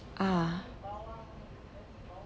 ah